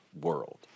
world